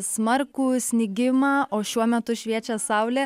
smarkų snigimą o šiuo metu šviečia saulė